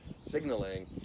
signaling